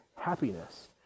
happiness